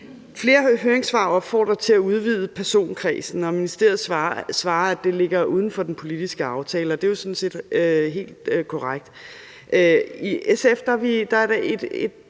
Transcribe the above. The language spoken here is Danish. Flere høringssvar opfordrer til at udvide personkredsen, og ministeriet svarer, at det ligger uden for den politiske aftale, og det er jo sådan set helt korrekt. Der er en